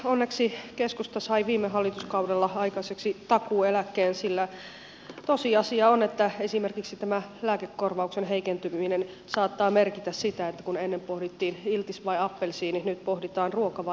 onneksi keskusta sai viime hallituskaudella aikaiseksi takuueläkkeen sillä tosiasia on että esimerkiksi tämä lääkekorvauksen heikentyminen saattaa merkitä sitä että kun ennen pohdittiin iltis vai appelsiini nyt pohditaan ruoka vai lääkkeet